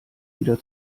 wieder